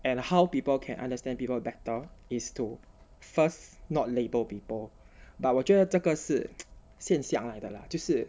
and how people can understand people better is to first not label people but 我觉得这个是现象来的 lah 就是